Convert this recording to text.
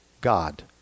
God